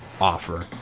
offer